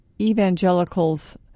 evangelicals